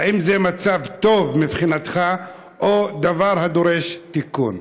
האם זה מצב טוב, מבחינתך, או דבר הדורש תיקון?